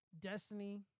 Destiny